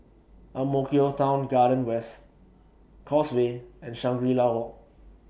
Ang Mo Kio Town Garden West Causeway and Shangri La Walk